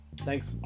thanks